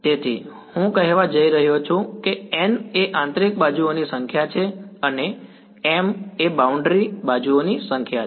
તેથી હું કહેવા જઈ રહ્યો છું કે n એ આંતરિક બાજુઓની સંખ્યા છે અને m એ બાઉન્ડ્રી બાજુઓની સંખ્યા છે